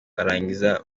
barangiza